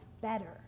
better